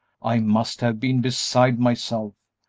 i must have been beside myself.